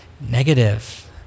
negative